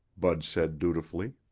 bud said dutifully.